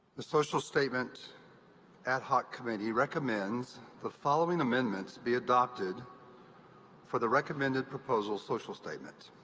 the social statement ad hoc committee recommends the following amendments be adopted for the recommended proposal social statement.